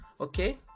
okay